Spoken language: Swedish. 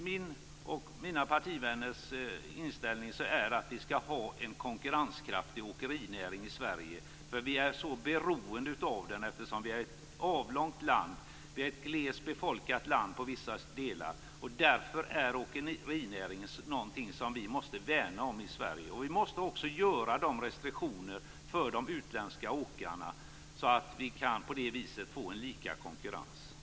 Min och mina partivänners inställning är att vi skall ha en konkurrenskraftig åkerinäring i Sverige. Vi är ju väldigt beroende av den. Sverige är ett avlångt land och ett i vissa delar glest befolkat land. Därför måste vi i Sverige värna om åkerinäringen. Vi måste åstadkomma restriktioner för de utländska åkarna för att på det viset få lika konkurrens.